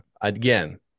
again